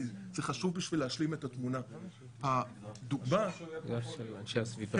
כי זה חשוב בשביל להשלים את התמונה --- המגזר של אנשי הסביבה.